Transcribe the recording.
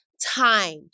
Time